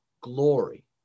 glory